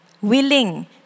willing